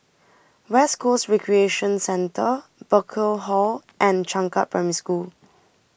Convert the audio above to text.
West Coast Recreation Centre Burkill Hall and Changkat Primary School